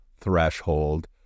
threshold